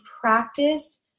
practice